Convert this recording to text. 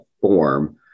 form